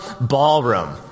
Ballroom